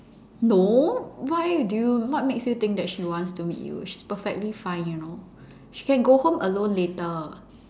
no why do you what makes you think that she wants to meet you she's perfectly fine you know she can go home alone later